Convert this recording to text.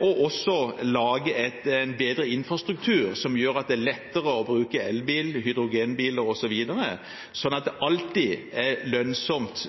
og lage en bedre infrastruktur som gjør at det er lettere å bruke elbil, hydrogenbil osv., sånn at det alltid er lønnsomt